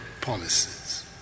policies